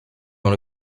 dans